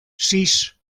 sis